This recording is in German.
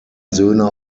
söhne